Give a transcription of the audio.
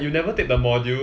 you never take the module